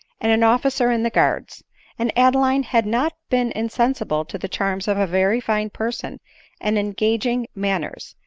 and an officer in the guards and adeline had not been insensible to the charms of a very fine person and engaging manners,